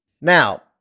Now